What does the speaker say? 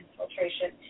infiltration